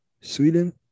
Sweden